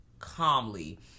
calmly